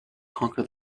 conquer